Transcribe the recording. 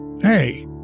Hey